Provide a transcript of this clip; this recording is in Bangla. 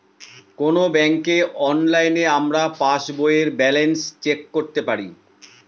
কোনো ব্যাঙ্কে অনলাইনে আমরা পাস বইয়ের ব্যালান্স চেক করতে পারি